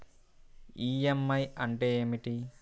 EMI అంటే ఏమిటి?